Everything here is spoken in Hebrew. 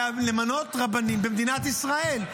למנות רבנים במדינת ישראל.